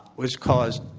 was caused,